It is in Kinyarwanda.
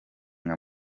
nka